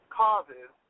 causes